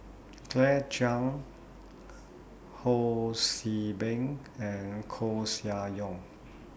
Claire Chiang Ho See Beng and Koeh Sia Yong